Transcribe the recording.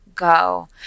Go